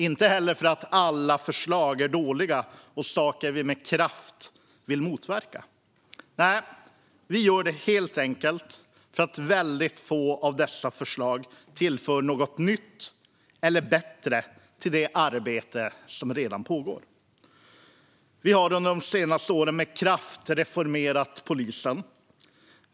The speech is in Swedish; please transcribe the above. Inte heller för att alla förslag är dåliga och saker vi med kraft vill motverka. Nej, vi gör det helt enkelt för att få av dessa förslag tillför något nytt eller bättre till det arbete som redan pågår. Vi har under de senaste åren med kraft reformerat polisen.